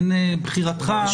אין, בחירתך.